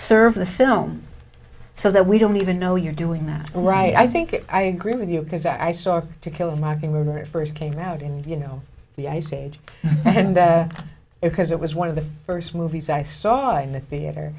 serve the film so that we don't even know you're doing that right i think i agree with you because i saw to kill a mocking rumor it first came out and you know the ice age and because it was one of the first movies i saw in the theater